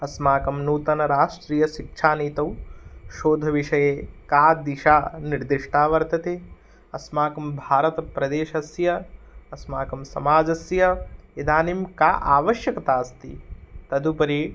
अस्माकं नूतनराष्ट्रीयशिक्षानीतौ शोधविषये का दिशा निर्दिष्टा वर्तते अस्माकं भारतप्रदेशस्य अस्माकं समाजस्य इदानीं का आवश्यकता अस्ति तदुपरि